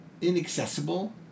inaccessible